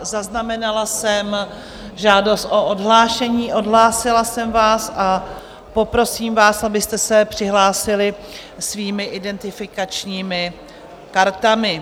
Zaznamenala jsem žádost o odhlášení, odhlásila jsem vás a poprosím vás, abyste se přihlásili svými identifikačními kartami.